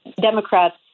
Democrats